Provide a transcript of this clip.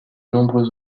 nombreux